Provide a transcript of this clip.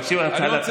מבקשים על התכלת,